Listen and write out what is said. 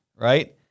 right